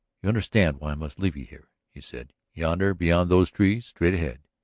you understand why i must leave you here, he said. yonder, beyond those trees straight ahead.